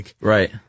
right